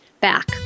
back